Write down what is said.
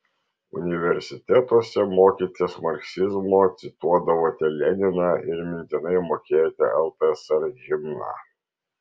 universitetuose mokėtės marksizmo cituodavote leniną ir mintinai mokėjote ltsr himną